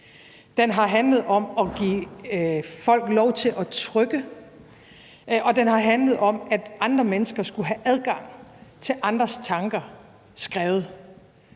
den har handlet om at give folk lov til at trykke det, de gerne vil; og den har handlet om, at andre mennesker skulle have adgang til andres nedskrevne